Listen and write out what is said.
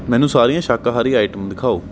ਮੈਨੂੰ ਸਾਰੀਆਂ ਸ਼ਾਕਾਹਾਰੀ ਆਈਟਮ ਦਿਖਾਓ